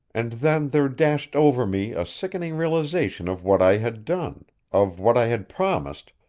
and then there dashed over me a sickening realization of what i had done, of what i had promised,